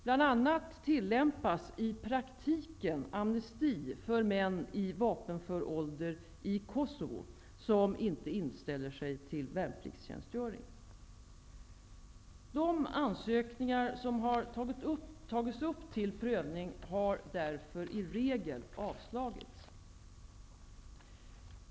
Bl.a. tillämpas i praktiken amnesti för män i vapenför ålder i Kosovo som inte inställer sig till värnpliktstjänstgöring. De ansökningar som har tagits upp till prövning har därför i regel avslagits.